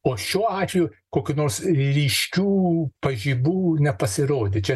o šiuo atveju kokių nors ryškių pažibų nepasirodė čia